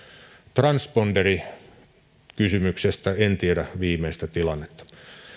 transponderikysymyksestä en tiedä viimeistä tilannetta